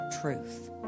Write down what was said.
truth